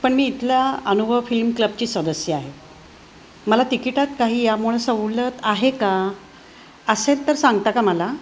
पण मी इथल्या अनुभव फिल्म क्लबची सदस्य आहे मला तिकिटात काही यामुळे सवलत आहे का असेल तर सांगता का मला